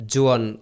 Juan